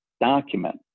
document